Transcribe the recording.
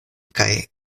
kaj